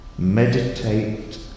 meditate